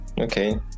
okay